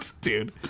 Dude